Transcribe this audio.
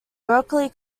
berkeley